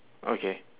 okay